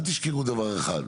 אל תשכחו דבר אחד.